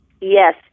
Yes